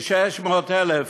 מ-600,000,